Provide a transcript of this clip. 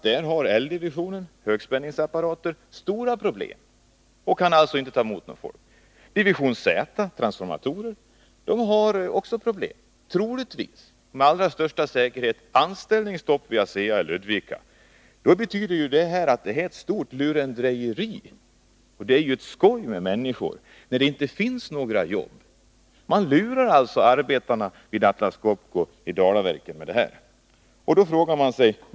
Där har division L, högspänningsapparater, stora problem och kan alltså inte ta emot fler arbetare. Divison Z, transformatorer, har också problem. Med allra största sannolikhet blir det anställningsstopp vid ASEA i Ludvika. Det betyder att detta är ett stort lurendrejeri och skoj med människor, när det inte finns några jobb. Man lurar alltså arbetarna vid Atlas Copco och Dalaverken.